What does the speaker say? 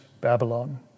Babylon